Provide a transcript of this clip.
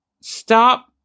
stop